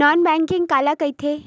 Non banking काला कइथे?